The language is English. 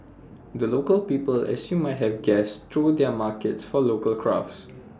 the local people as you might have guessed throw their markets for local crafts